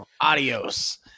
adios